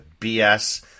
BS